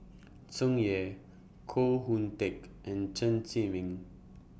Tsung Yeh Koh Hoon Teck and Chen Zhiming